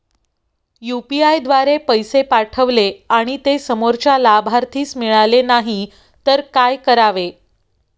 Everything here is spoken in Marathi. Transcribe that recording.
यु.पी.आय द्वारे पैसे पाठवले आणि ते समोरच्या लाभार्थीस मिळाले नाही तर काय करावे?